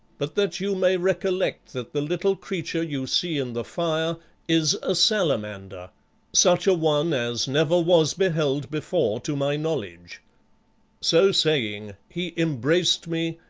but that you may recollect that the little creature you see in the fire is a salamander such a one as never was beheld before to my knowledge so saying he embraced me,